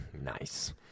Nice